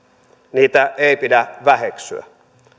niitä ei pidä väheksyä